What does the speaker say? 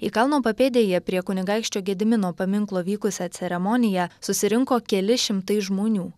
į kalno papėdėje prie kunigaikščio gedimino paminklo vykusią ceremoniją susirinko keli šimtai žmonių